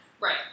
Right